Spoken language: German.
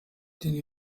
die